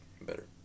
better